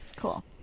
Cool